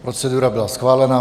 Procedura byla schválena.